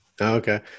Okay